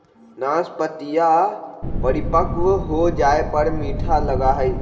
नाशपतीया परिपक्व हो जाये पर मीठा लगा हई